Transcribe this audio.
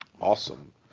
awesome